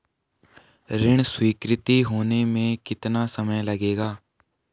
ऋण स्वीकृति होने में कितना समय लगेगा?